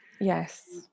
yes